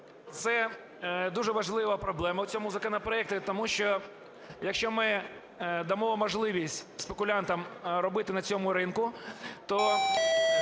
це дуже важлива проблема в цьому законопроекті. Тому що, якщо ми дамо можливість спекулянтам робити на цьому ринку, то,